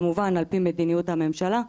כמובן על פי מדיניות הממשלה,